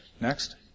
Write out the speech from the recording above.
Next